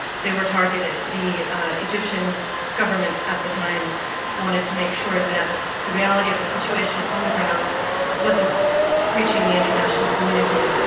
they were targeted. the ah egyptian government at that time wanted to make sure that the reality of the situation on the ground wasn't reaching the international community,